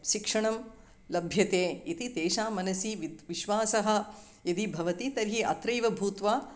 शिक्षण लभ्यते इति तेषां मनसि वित् विश्वासः यदि भवति तर्हि अत्रैव भूत्वा